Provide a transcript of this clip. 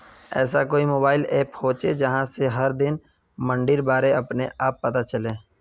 ऐसा कोई mobile app होचे जहा से हर दिन मंडीर बारे अपने आप पता चले?